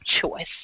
choice